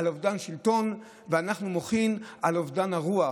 על אובדן שלטון, ואנחנו מוחים על אובדן הרוח,